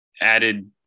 added